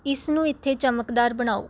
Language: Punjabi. ਇਸ ਨੂੰ ਇੱਥੇ ਚਮਕਦਾਰ ਬਣਾਓ